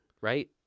right